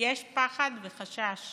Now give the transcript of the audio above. יש פחד וחשש